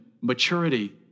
maturity